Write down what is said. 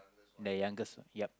the youngest yup